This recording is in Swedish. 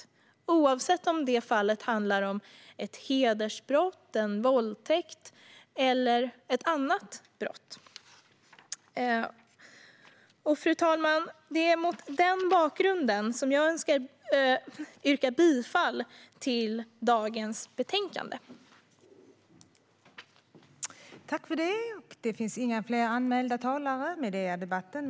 Det gäller oavsett om fallet handlar om ett hedersbrott, en våldtäkt eller ett annat brott. Mer ändamålsenliga bestämmelser om rättsliga biträden Fru talman!